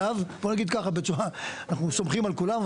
אנחנו סומכים על כולם,